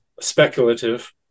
speculative